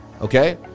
okay